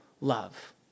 love